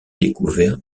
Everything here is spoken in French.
découverts